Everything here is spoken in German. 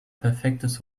perfektes